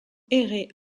errait